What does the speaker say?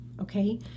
Okay